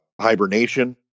hibernation